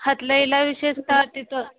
हातलाईला विशेष तिथं